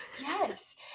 Yes